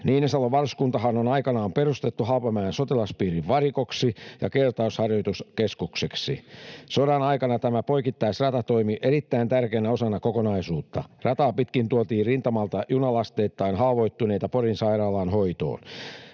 Niinisalon varuskuntahan on aikanaan perustettu Haapamäen sotilaspiirin varikoksi ja kertausharjoituskeskukseksi. Sodan aikana tämä poikittaisrata toimi erittäin tärkeänä osana kokonaisuutta. Rataa pitkin tuotiin rintamalta junalasteittain haavoittuneita Porin sairaalaan hoitoon.